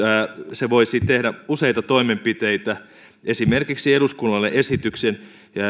se voisi tehdä useita toimenpiteitä esimerkiksi eduskunnalle esityksen